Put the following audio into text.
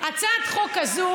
הצעת החוק הזאת,